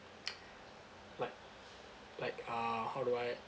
like like uh how do I